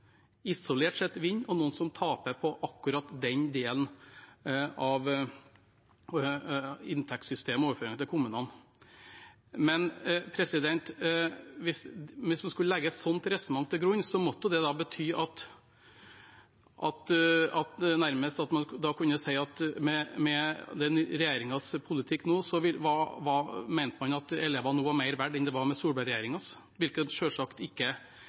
isolert sett vinner, og noen som taper på akkurat den delen av inntektssystemet og overføringene til kommunene. Hvis man skulle legge et sånt resonnement til grunn, måtte det nærmest bety at man mente at med regjeringens politikk var elevene nå mer verdt enn de var med Solberg-regjeringens politikk, hvilket selvsagt ikke er riktig. Faktum er at alle kommuner får styrket sin økonomi. Det